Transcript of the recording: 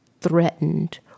threatened